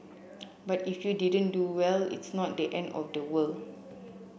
but if you didn't do well it's not the end of the world